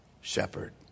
shepherd